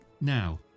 Now